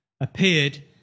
appeared